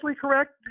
correct